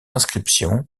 inscription